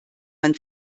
man